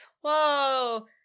whoa